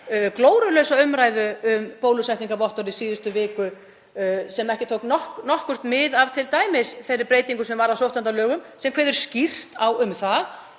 glórulausa umræðu um bólusetningarvottorð í síðustu viku sem ekki tók nokkurt mið af þeirri breytingu sem varð á sóttvarnalögum sem kveður skýrt á um að